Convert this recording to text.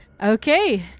Okay